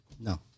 No